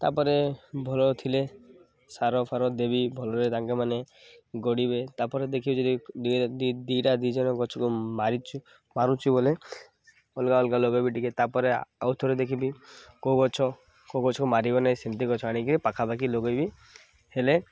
ତା'ପରେ ଭଲ ଥିଲେ ସାର ଫାର ଦେବି ଭଲରେ ତାଙ୍କେମାନେ ଗଡ଼ିବେ ତା'ପରେ ଦେଖିବି ଯଦି ଦୁଇଟା ଦୁଇଜଣ ଗଛକୁ ମାରିଛି ମାରୁଛୁ ବୋଲେ ଅଲଗା ଅଲଗା ଲଗେଇବି ଟିକେ ତା'ପରେ ଆଉ ଥରେ ଦେଖିବି କେଉଁ ଗଛ କେଉଁ ଗଛକୁ ମାରିବ ନାହିଁ ସେମିତି ଗଛ ଆଣିକି ପାଖାପାଖି ଲଗେଇବି ହେଲେ